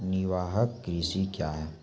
निवाहक कृषि क्या हैं?